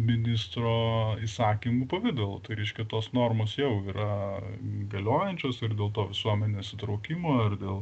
ministro įsakymų pavidalu tai reiškia tos normos jau yra galiojančios ir dėl to visuomenės įtraukimo ir dėl